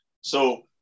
So-